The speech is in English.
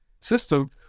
system